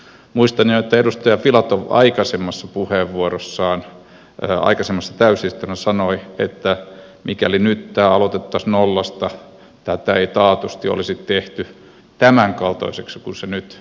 muistan jo että edustaja filatov aikaisemmassa puheenvuorossaan aikaisemmassa täysistunnossa sanoi että mikäli nyt tämä aloitettaisiin nollasta tätä ei taatusti olisi tehty tämänkaltaiseksi kuin se nyt on voimassa